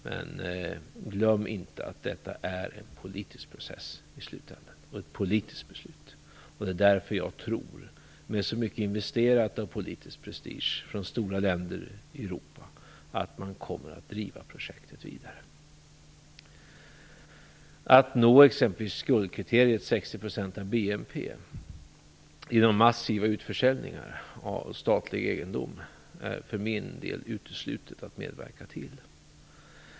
Men glöm inte att detta i slutändan är en politisk process och ett politiskt beslut. Med så mycket investerat av politisk prestige från stora länder i Europa tror jag att man kommer att driva projektet vidare. Att uppnå skuldkriteriet 60 % av BNP genom massiva utförsäljningar av statlig egendom är för min del uteslutet att medverka till.